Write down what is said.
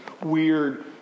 weird